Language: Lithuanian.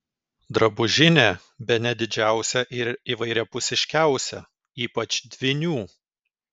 drabužinė bene didžiausia ir įvairiapusiškiausia ypač dvynių